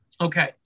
Okay